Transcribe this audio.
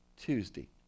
Tuesday